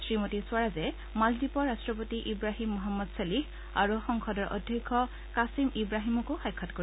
শ্ৰীমতী স্বৰাজে মালদ্বীপৰ ৰট্টপতি ইৱাহিম মহম্মদ চলিহ আৰু সংসদৰ অধ্যক্ষ কাছিম ইৱাহিমকো সাক্ষাৎ কৰিব